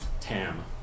TAM